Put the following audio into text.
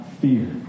fear